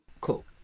Cool